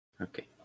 Okay